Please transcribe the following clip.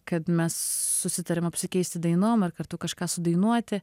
kad mes susitarėm apsikeisti dainom ir kartu kažką sudainuoti